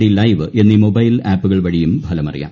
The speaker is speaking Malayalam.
ഡി ലൈവ് എന്നീ മൊബൈൽ ആപ്പുകൾ വഴിയും ഫലം അറിയാം